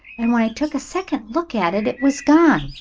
and when i took a second look at it, it was gone.